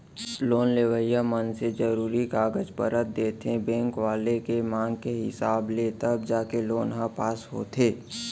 loan लेवइया मनसे जरुरी कागज पतर देथे बेंक वाले के मांग हिसाब ले तब जाके लोन ह पास होथे